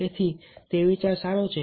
તેથી તે વિચાર સારો છે